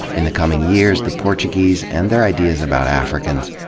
in the coming years, the portuguese, and their ideas about africans,